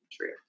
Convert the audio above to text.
True